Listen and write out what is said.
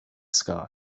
sky